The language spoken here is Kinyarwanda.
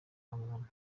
abantu